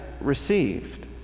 received